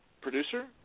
producer